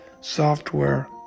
software